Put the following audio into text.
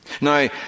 Now